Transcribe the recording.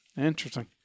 Interesting